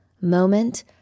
moment